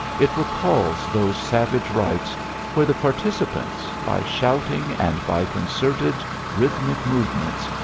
it recalls those savage rites where the participants, by shouting and by concerted rhythmic movements,